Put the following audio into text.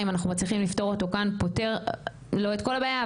אם אנחנו מצליחים לפתור אותו כאן פותר לא את כל הבעיה,